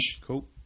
Cool